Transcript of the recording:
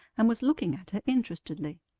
and was looking at her interestedly.